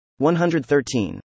113